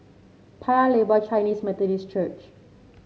Paya Lebar Chinese Methodist Church